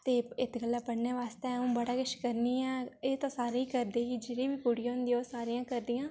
ते इत्त गल्लै पढ़ने आस्तै अ'ऊं बड़ा किश करनी आं एह् ते सारे'ई करदे ही जेड़ियां बी कुड़ियां होंदियां ओह् सारियां करदियां न